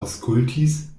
aŭskultis